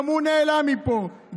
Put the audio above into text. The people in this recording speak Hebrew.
וגם הוא נעלם מפה,